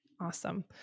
awesome